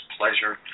pleasure